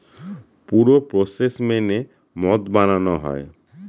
পুরো প্রসেস মেনে মদ বানানো হয়